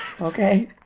Okay